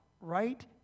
right